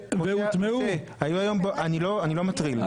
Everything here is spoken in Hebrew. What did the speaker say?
אני לא מטריל,